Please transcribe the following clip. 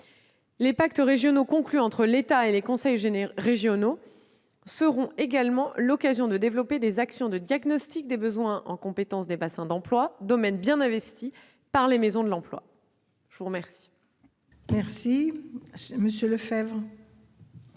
Les pactes régionaux conclus entre l'État et les conseils régionaux seront également l'occasion de développer des actions de diagnostic des besoins en compétences des bassins d'emploi, domaine bien investi par les maisons de l'emploi. La parole est à M. Antoine Lefèvre,